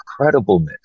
incredibleness